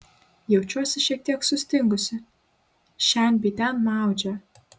jaučiuosi šiek tiek sustingusi šen bei ten maudžia